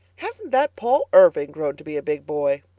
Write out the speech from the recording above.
hasn't that paul irving grown to be a big boy?